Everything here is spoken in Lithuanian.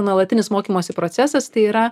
nuolatinis mokymosi procesas tai yra